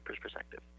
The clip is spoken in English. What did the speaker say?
perspective